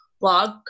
blog